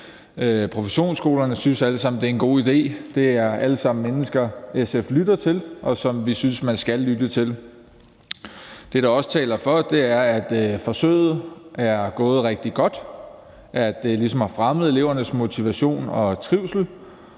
professionshøjskolerne synes alle sammen, at det er en god idé; det er alle sammen mennesker, som SF lytter til, og som vi synes man skal lytte til. Det, der også taler for, er, at forsøget er gået rigtig godt, at det ligesom har fremmet elevernes motivation og trivsel,